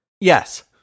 Yes